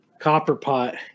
Copperpot